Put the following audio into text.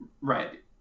right